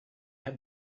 have